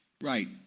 Right